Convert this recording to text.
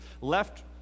left